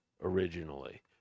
originally